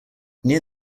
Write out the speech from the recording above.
near